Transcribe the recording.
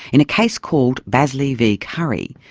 in a case called bazley v curry,